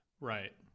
Right